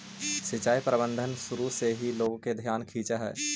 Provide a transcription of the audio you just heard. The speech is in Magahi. सिंचाई प्रबंधन शुरू से ही लोग के ध्यान खींचऽ हइ